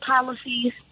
policies